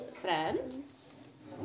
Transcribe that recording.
friends